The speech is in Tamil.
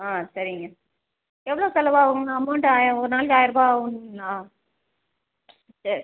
ஆ சரிங்க எவ்வளோ செலவாகுங்க அமௌண்ட் ஆய் ஒரு நாளைக்கு ஆயரருபா ஆகுங்களா சரி